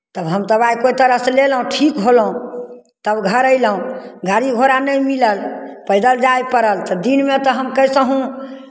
तब हम दबाइ कोइ तरहसँ लेलहुँ ठीक होलहुँ तब घर अयलहुँ गाड़ी घोड़ा नहि मिलल पैदल जायके पड़ल तऽ दिनमे तऽ हम कैसाहुँ